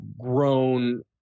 grown